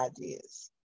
ideas